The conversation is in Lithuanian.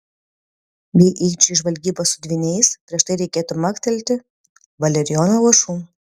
jei eičiau į žvalgybą su dvyniais prieš tai reikėtų maktelti valerijono lašų